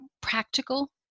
practical